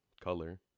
color